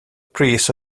pris